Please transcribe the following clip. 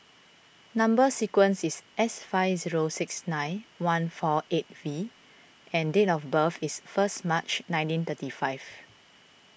Number Sequence is S five zero six nine one four eight V and date of birth is first March nineteen thirty five